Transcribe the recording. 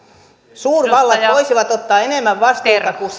suurvallat voisivat ottaa enemmän vastuuta kuin